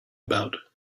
about